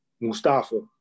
Mustafa